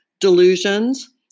delusions